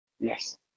Yes